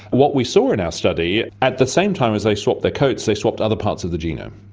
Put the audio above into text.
what we saw in our study, at the same time as they swapped their coats they swapped other parts of the genome.